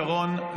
שרון,